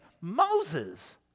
Moses